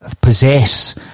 possess